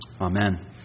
Amen